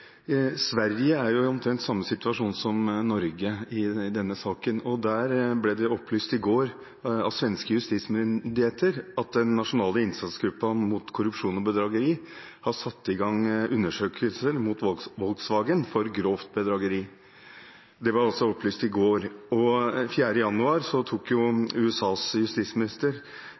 Sverige er i omtrent samme situasjon som Norge i denne saken. Der ble det i går opplyst av svenske justismyndigheter at den nasjonale innsatsgruppen mot korrupsjon og bedrageri har satt i gang undersøkelser av Volkswagen om grovt bedrageri. Det ble det altså opplyst om i går. Den 4. januar tok USAs justisminister